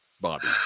Bobby